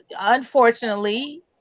unfortunately